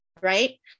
right